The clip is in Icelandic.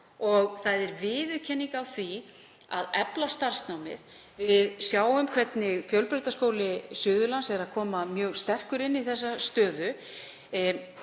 og það er viðurkenning á því að efla starfsnámið. Við sjáum hvernig Fjölbrautaskóli Suðurlands kemur mjög sterkur inn í þessa stöðu.